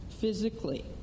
physically